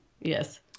Yes